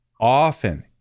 often